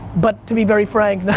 but to be very frank,